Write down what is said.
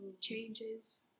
changes